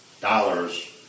dollars